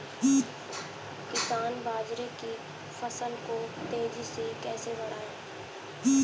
किसान बाजरे की फसल को तेजी से कैसे बढ़ाएँ?